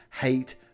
hate